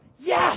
yes